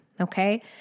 Okay